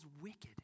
wicked